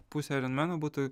pusė aironmeno būtų